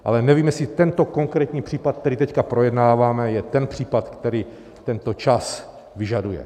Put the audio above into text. Ale nevím, jestli tento konkrétní případ, který teď projednáváme, je ten případ, který tento čas vyžaduje.